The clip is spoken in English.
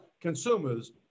consumers